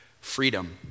freedom